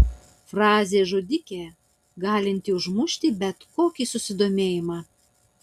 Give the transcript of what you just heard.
frazė žudikė galinti užmušti bet kokį susidomėjimą